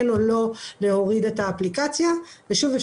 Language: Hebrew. שוב,